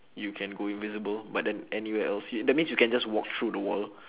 you can go invisible but then anywhere else yeah that means you can just walk through the wall